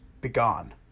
begone